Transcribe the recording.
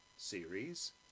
series